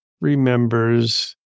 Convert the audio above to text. remembers